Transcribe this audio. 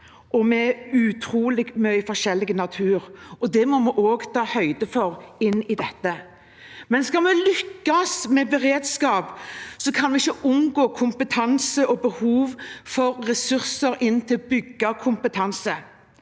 vi har utrolig mye forskjellig natur. Det må vi også ta høyde for inn i dette. Skal vi lykkes med beredskap, kan vi ikke omgå kompetanse og behovet for ressurser til å bygge kompetanse.